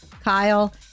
Kyle